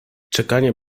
czekanie